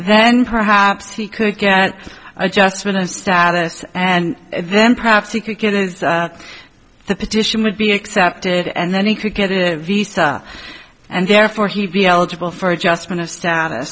then perhaps he could get adjustment of status and then perhaps he could get the petition would be accepted and then he could get a visa and therefore he be eligible for adjustment of status